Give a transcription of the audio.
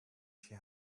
she